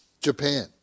Japan